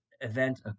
event